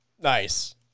Nice